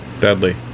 Deadly